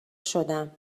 شدم